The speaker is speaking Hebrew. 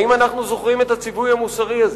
האם אנחנו זוכרים את הציווי המוסרי הזה?